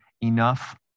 enough